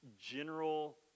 general